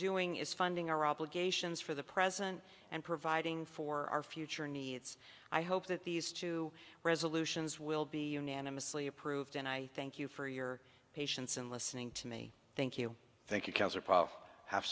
doing is funding our obligations for the present and providing for our future needs i hope that these two resolutions will be unanimously approved and i thank you for your patience in listening to me thank you thank you